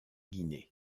guinée